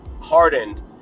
hardened